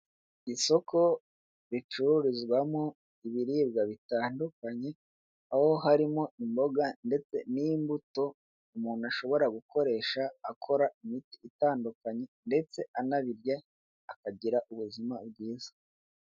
Isoko ricururizwamo ibiribwa bitandukanye, aho harimo imboga ndetse n'imbuto umuntu ashobora gukoresha akora imiti itandukanye ndetse anabirya akagira ubuzima bwiza.